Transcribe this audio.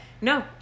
no